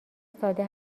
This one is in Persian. ساده